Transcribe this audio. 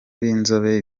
b’inzobe